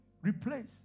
replace